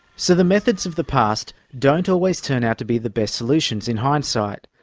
so the methods of the past don't always turn out to be the best solutions in hindsight.